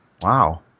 Wow